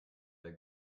der